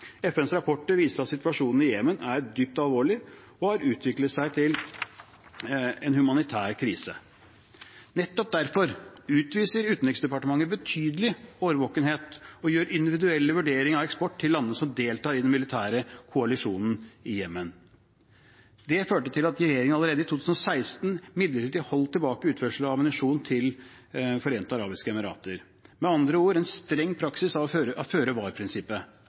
FNs rapporter viser at situasjonen i Jemen er dypt alvorlig og har utviklet seg til en humanitær krise. Nettopp derfor utviser Utenriksdepartementet betydelig årvåkenhet og gjør individuelle vurderinger av eksporten til landene som deltar i den militære koalisjonen i Jemen. Det førte til at regjeringen allerede i 2016 midlertidig holdt tilbake utførselen av ammunisjon til De forente arabiske emirater. Det er med andre ord en streng praksis av føre